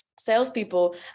salespeople